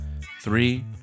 Three